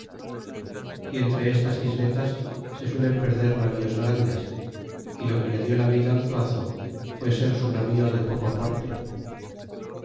y entre estas islelas se suelen perder navíos grandes y lo que le di la vida al zuazo fue ser su navío de poco porte